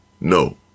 No